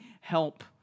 Help